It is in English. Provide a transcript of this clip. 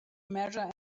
measure